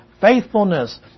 Faithfulness